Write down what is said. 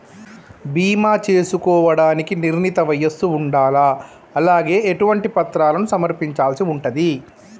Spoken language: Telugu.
బీమా చేసుకోవడానికి నిర్ణీత వయస్సు ఉండాలా? అలాగే ఎటువంటి పత్రాలను సమర్పించాల్సి ఉంటది?